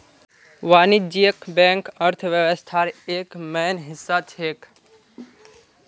वाणिज्यिक बैंक अर्थव्यवस्थार एक मेन हिस्सा छेक